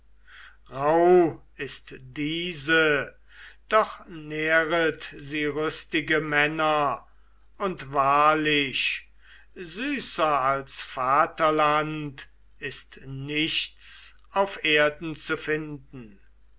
rauh ist diese doch nähret sie rüstige männer und wahrlich süßer als vaterland ist nichts auf erden zu finden